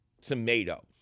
tomato